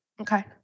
Okay